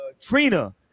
Trina